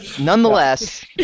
Nonetheless